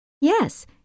Yes